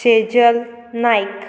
Shejal Naik